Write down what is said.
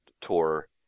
tour